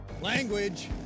Language